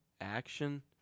action